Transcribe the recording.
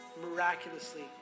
miraculously